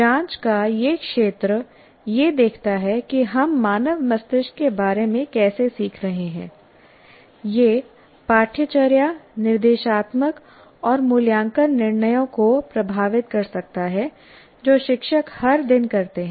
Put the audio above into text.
जांच का यह क्षेत्र यह देखता है कि हम मानव मस्तिष्क के बारे में कैसे सीख रहे हैं यह पाठ्यचर्या निर्देशात्मक और मूल्यांकन निर्णयों को प्रभावित कर सकता है जो शिक्षक हर दिन करते हैं